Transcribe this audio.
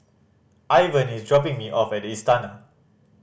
Ivan is dropping me off at Istana